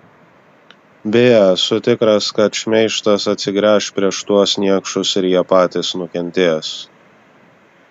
beje esu tikras kad šmeižtas atsigręš prieš tuos niekšus ir jie patys nukentės